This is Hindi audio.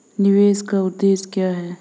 निवेश का उद्देश्य क्या है?